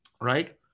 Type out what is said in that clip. right